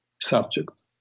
subject